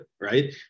right